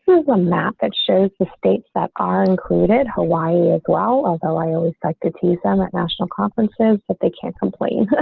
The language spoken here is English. map that shows the states that are included, hawaii, as well, although i always like to teach them at national conferences that they can't complain.